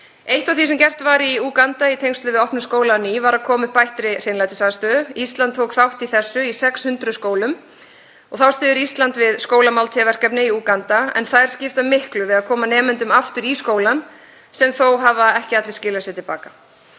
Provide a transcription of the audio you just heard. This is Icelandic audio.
Eitt af því sem gert var í Úganda í tengslum við opnun skóla á ný var að koma með bætta hreinlætisaðstöðu. Ísland tók þátt í því í 600 skólum. Þá styður Ísland við skólamáltíðaverkefni í Úganda en þær skipta miklu við að koma nemendum aftur í skólann, sem þó hafa ekki allir skilað sér til baka.